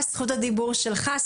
זכות הדיבור שלך,